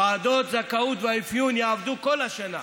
ועדות הזכאות והאפיון יעבדו כל השנה.